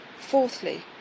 Fourthly